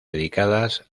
dedicadas